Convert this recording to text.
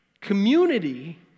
Community